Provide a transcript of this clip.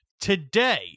Today